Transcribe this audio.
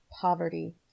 poverty